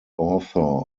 author